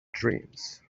dreams